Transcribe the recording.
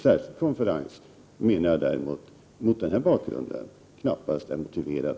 Däremot menar jag att någon särskild konferens mot denna bakgrund knappast är motiverad.